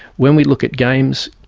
when we look at games,